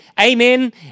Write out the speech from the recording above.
amen